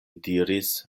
diris